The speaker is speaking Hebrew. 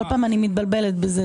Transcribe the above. כל פעם אני מתבלבלת בזה.